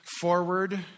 forward